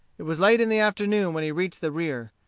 it was late in the afternoon when he reached the rear.